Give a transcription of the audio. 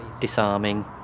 disarming